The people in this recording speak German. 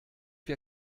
wir